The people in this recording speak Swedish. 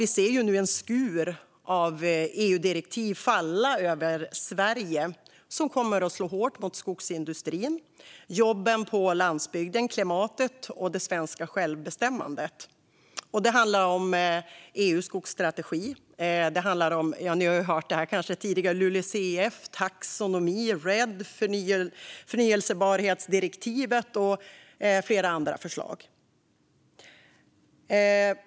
Vi ser nu en skur av EU-direktiv falla över Sverige som kommer att slå hårt mot skogsindustrin, jobben på landsbygden, klimatet och det svenska självbestämmandet. Det handlar om EU:s skogsstrategi. Det handlar om - ni kanske har hört det här tidigare - LULUCF, taxonomi, RED, förnybarhetsdirektivet och flera andra förslag.